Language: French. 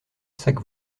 sac